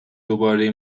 دوباره